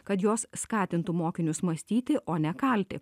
kad jos skatintų mokinius mąstyti o ne kalti